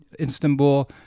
Istanbul